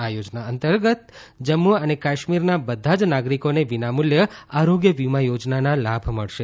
આ યોજના અંતર્ગત જમ્મુ અને કાશ્મીરના બધા જ નાગરિકોને વિના મૂલ્યે આરોગ્ય વીમા યોજનાના લાભ મળશે